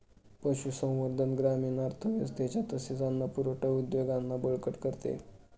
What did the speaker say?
पशुसंवर्धन ग्रामीण अर्थव्यवस्थेच्या तसेच अन्न पुरवठा उद्योगांना बळकट करते